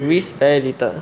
risk very little